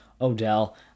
Odell